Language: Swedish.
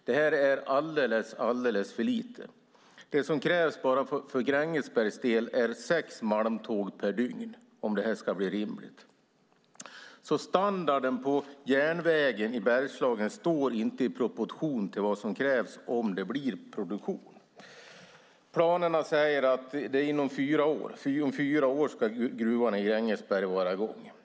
Det är alldeles för lite. Det som krävs bara för Grängesbergs del om detta ska bli rimligt är sex malmtåg per dygn. Standarden på järnvägen i Bergslagen står alltså inte i proportion till vad som krävs om det blir produktion. Planerna säger att gruvan i Grängesberg ska vara i gång om fyra år.